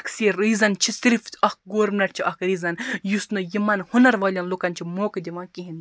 تَقسیٖر reason چھِ صِرِف اکھ گورمِنٛٹ چھِ اکھ ریٖزَن یُس نہٕ یِمَن ہُنَر والیٚن لوٗکن چھِ موقعہٕ دِوان کِہیٖنٛۍ تہِ